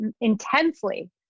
intensely